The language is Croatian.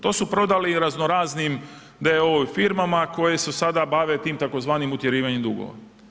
To su prodali raznoraznim d.o.o. i firmama koje se sada bave tim tzv. utjerivanjem dugova.